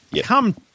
Come